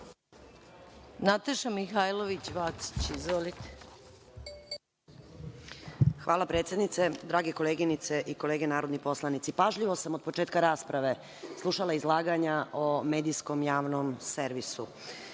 Hvala, predsednice. Drage koleginice i kolege narodni poslanici, pažljivo sam od početka rasprave slušala izlaganja o medijskom javnom servisu.